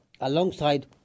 alongside